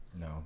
No